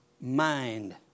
mind